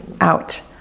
out